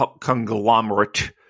conglomerate